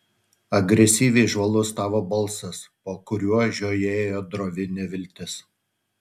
agresyviai žvalus tavo balsas po kuriuo žiojėjo drovi neviltis